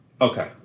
Okay